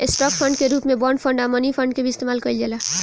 stock fund के रूप में बॉन्ड फंड आ मनी फंड के भी इस्तमाल कईल जाला